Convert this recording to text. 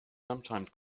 sometimes